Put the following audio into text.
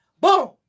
Boom